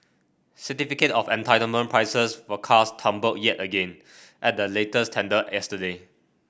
certificate of entitlement prices for cars tumbled yet again at the latest tender yesterday